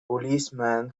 policemen